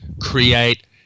create